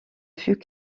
fut